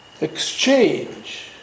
exchange